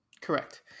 correct